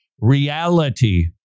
reality